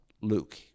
Luke